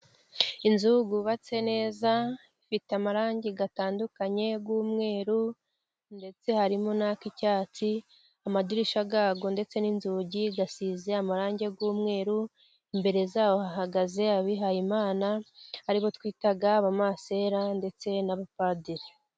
Inzu yubatse neza ifite amarangi atandukanye y'umweru, ndetse harimo n'ay'icyatsi. Amadirishya yayo ndetse n'inzugi bisize amarangi y'umweru. Imbere yaho hahagaze abihaye Imana, aribo twita abamasera ndetse n'abapadiri.